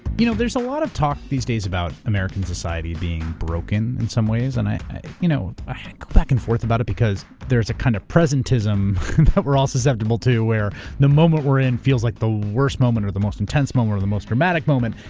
you know there's a lot of talk these days about american society being broken in some ways, and i you know go back and forth about it because there is a kind of presentism that we're all susceptible to where the moment we're in feels like the worst moment or the most intense moment or the most dramatic moment.